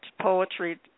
poetry